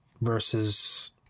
versus